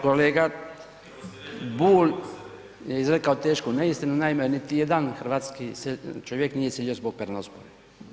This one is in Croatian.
Kolega Bulj je izrekao tešku neistinu, naime niti jedan hrvatski čovjek nije iselio zbog peronospore.